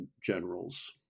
generals